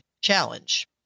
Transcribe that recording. challenge